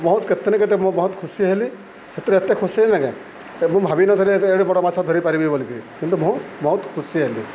ବହୁତ କେତେ ନ କେତେ ମୁଁ ବହୁତ ଖୁସି ହେଲି ସେଥିରୁ ଏତେ ଖୁସି ହେଲିନା କାଁଏ ମୁଁ ଭାବିନଥିଲି ଏଡ଼େ ବଡ଼ ମାଛ ଧରିପାରିବି ବୋଲିକି କିନ୍ତୁ ମୁଁ ବହୁତ ଖୁସି ହେଲି